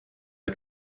der